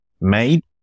made